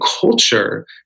culture